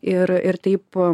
ir ir taip